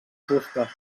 fusta